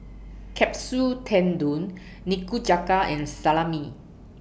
Kapsu Tendon Nikujaga and Salami